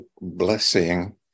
blessing